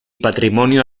patrimonio